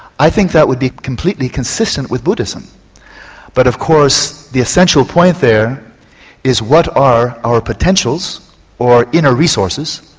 i think that would be completely consistent with buddhism but of course the essential point there is what are our potentials or inner resources,